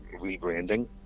rebranding